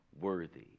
worthy